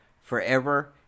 forever